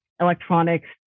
electronics